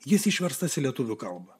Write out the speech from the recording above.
jis išverstas į lietuvių kalbą